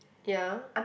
ya